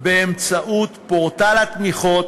באמצעות פורטל התמיכות